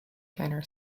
tenor